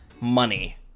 money